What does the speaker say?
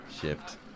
shift